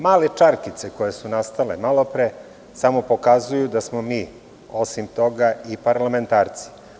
Male čarke koje su nastale malopre samo pokazuju da smo osim toga i parlamentarci.